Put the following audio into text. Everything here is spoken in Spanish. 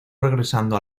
regresando